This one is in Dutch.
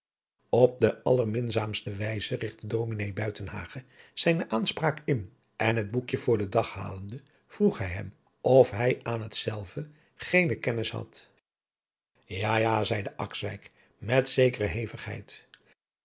op de alierminzaamste wijze rigtte ds buitenhagen zijne aanspraak in en het boekje voor den dag halende vroeg hij hem of hij aan hetzelve geene kennis had ja ja zeide akswijk met zekere